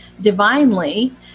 divinely